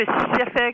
specific